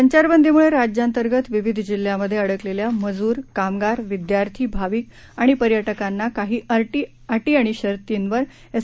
संचारबंदीमुळे राज्यातंर्गत विविध जिल्ह्यांमध्ये अडकलेल्या मजूर कामगार विद्यार्थी भाविक आणि पर्यटकांना काही अटी शर्तींवर एस